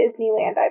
Disneyland